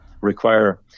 require